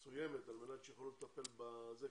על מנת שיוכלו לטפל בזה.